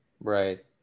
right